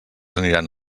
aniran